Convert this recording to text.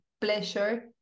pleasure